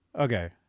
okay